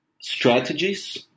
strategies